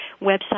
website